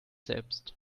selbst